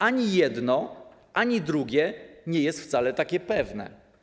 Ani jedno, ani drugie nie jest wcale takie pewne.